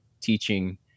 teaching